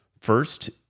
first